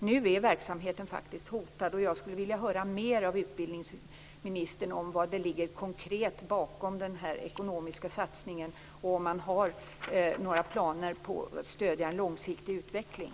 Nu är verksamheten faktiskt hotad, och jag skulle vilja höra mer från utbildningsministern om vad som konkret ligger bakom den här ekonomiska satsningen och om man har några planer på att stödja en långsiktig utveckling.